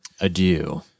adieu